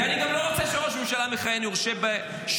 ואני גם לא רוצה שראש ממשלה מכהן יורשע בשוחד,